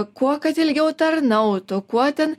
kuo kad ilgiau tarnautų kuo ten